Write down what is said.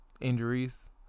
injuries